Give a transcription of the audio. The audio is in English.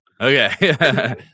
Okay